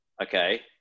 Okay